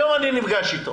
היום אני נפגש איתו.